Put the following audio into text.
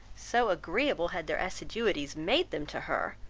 so agreeable had their assiduities made them to her,